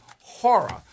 horror